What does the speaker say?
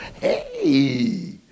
Hey